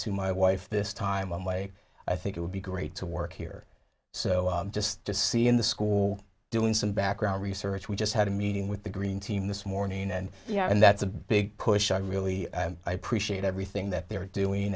to my wife this time one way i think it would be great to work here so just to see in the school doing some background research we just had a meeting with the green team this morning and you know and that's a big push i really appreciate everything that they're doing